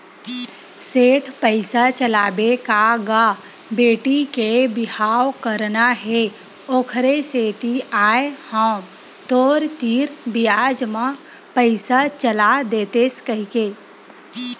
सेठ पइसा चलाबे का गा बेटी के बिहाव करना हे ओखरे सेती आय हंव तोर तीर बियाज म पइसा चला देतेस कहिके